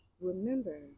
remember